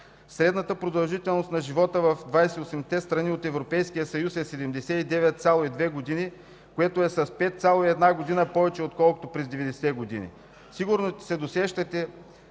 Средната продължителност на живота в 28-те страни от Европейския съюз е 79,2 години, което е с 5,1 години повече, отколкото през 90-те години. Сигурно се досещате,